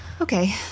Okay